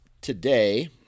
today